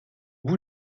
bout